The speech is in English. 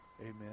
Amen